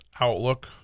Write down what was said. outlook